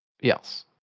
Yes